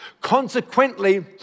Consequently